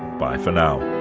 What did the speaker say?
bye for now.